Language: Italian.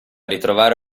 ritrovare